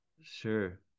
Sure